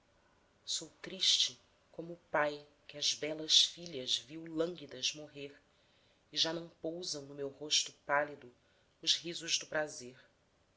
sou triste como o pai que as belas filhas viu lânguidas morrer e já não pousam no meu rosto pálido os risos do prazer